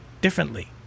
differently